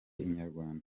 inyarwanda